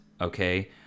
okay